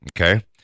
okay